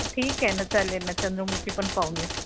ठीक आहे ना चालेल ना चंद्रमुखी पण पाहून येऊ